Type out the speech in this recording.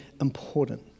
important